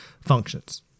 functions